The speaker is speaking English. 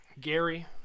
Gary